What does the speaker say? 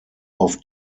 auf